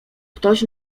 ktoś